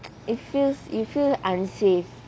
it feels you feel unsafe